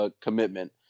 commitment